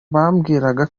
mbabwira